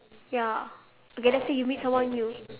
ya okay let's say you meet someone new